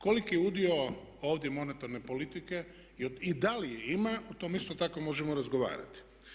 Koliki je udio ovdje monetarne politike i da li je ima o tome isto tako možemo razgovarati.